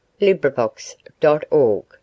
LibriVox.org